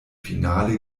finale